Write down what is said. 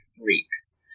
freaks